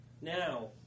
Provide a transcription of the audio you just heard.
Now